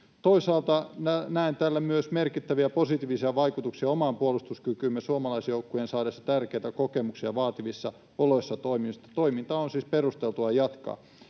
Toisaalta näen tällä myös merkittäviä positiivisia vaikutuksia omaan puolustuskykyymme suomalaisjoukkojen saadessa tärkeitä kokemuksia vaativissa oloissa toimimisesta. Toimintaa on siis perusteltua jatkaa.